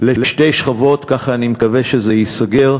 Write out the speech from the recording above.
לשתי שכבות, ככה אני מקווה שזה ייסגר.